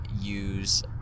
use